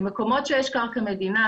במקומות שיש קרקע מדינה,